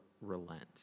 relent